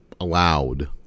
allowed